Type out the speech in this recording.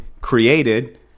created